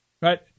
right